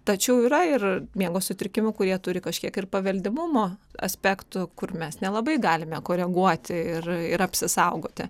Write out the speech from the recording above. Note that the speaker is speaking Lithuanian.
tačiau yra ir miego sutrikimų kurie turi kažkiek ir paveldimumo aspektų kur mes nelabai galime koreguoti ir apsisaugoti